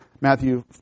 Matthew